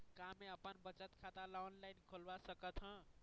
का मैं अपन बचत खाता ला ऑनलाइन खोलवा सकत ह?